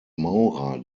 maurer